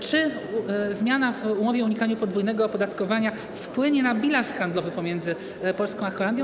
Czy zmiana w umowie o unikaniu podwójnego opodatkowania wpłynie na bilans handlowy pomiędzy Polską a Holandią?